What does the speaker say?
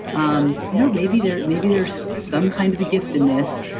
um you know maybe there's maybe there's some kind of a giftedness,